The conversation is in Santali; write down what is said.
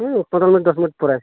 ᱦᱮᱸ ᱯᱚᱸᱫᱨᱚ ᱢᱤᱱᱤᱴ ᱫᱚᱥ ᱢᱤᱱᱤᱴ ᱯᱚᱨᱮ